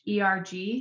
ERG